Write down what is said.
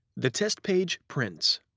the test page prints.